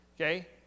Okay